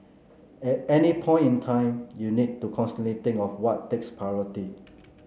at any point in time you need to constantly think what takes priority